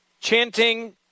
chanting